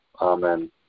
Amen